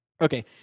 Okay